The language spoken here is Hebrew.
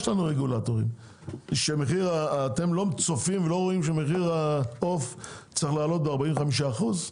אתם לא צופים ולא רואים שמחיר העוף צריך לעלות ב-45 אחוזים?